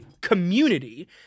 community